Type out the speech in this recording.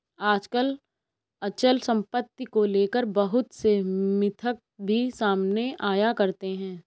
आजकल अचल सम्पत्ति को लेकर बहुत से मिथक भी सामने आया करते हैं